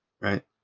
right